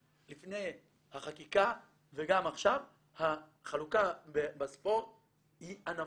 החקיקה וגם עכשיו החלוקה בספורט היא ענפית.